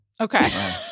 Okay